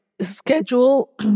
schedule